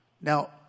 Now